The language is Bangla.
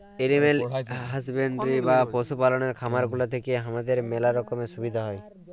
এলিম্যাল হাসব্যান্ডরি বা পশু পাললের খামার গুলা থেক্যে হামাদের ম্যালা রকমের সুবিধা হ্যয়